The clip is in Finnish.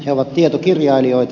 he ovat tietokirjailijoita